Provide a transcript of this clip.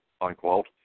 unquote